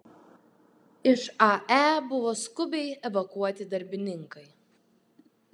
iš ae buvo skubiai evakuoti darbininkai